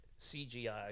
CGI